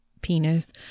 penis